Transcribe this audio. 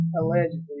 Allegedly